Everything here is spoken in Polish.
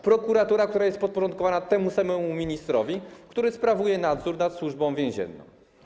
Prokuratura, która jest podporządkowana temu samemu ministrowi, który sprawuje nadzór nad Służbą Więzienną.